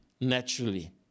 naturally